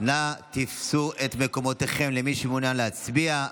נא תפסו את מקומותיכם, למי שמעוניין להצביע.